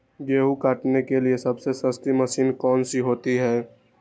गेंहू काटने के लिए सबसे सस्ती मशीन कौन सी होती है?